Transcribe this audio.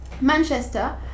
Manchester